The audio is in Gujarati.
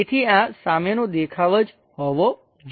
તેથી આ સામેનો દેખાવ જ હોવો જોઈએ